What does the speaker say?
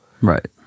Right